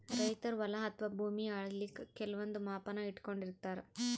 ರೈತರ್ ಹೊಲ ಅಥವಾ ಭೂಮಿ ಅಳಿಲಿಕ್ಕ್ ಕೆಲವಂದ್ ಮಾಪನ ಇಟ್ಕೊಂಡಿರತಾರ್